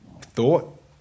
thought